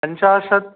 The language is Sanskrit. पञ्चाशत्